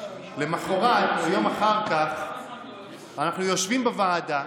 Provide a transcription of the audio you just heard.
למוחרת אנחנו יושבים בוועדה,